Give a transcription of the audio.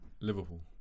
Liverpool